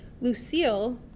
Lucille